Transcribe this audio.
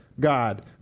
God